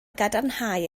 gadarnhau